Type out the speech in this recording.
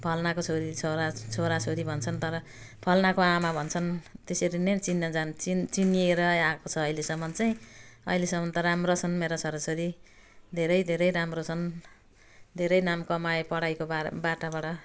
फलाना छोरी छोराछोरी भन्छन् तर फलानाको आमा भन्छन् त्यसरी नै चिनाजान चिन चिनिएरै आएको छ अहिलेसम्म चाहिँ अहिलेसम्म त राम्रा छन् मेरा छोराछोरी धेरै धेरै राम्रो छन् धेरै नाम कमाए पढाइको बा बाटाबाट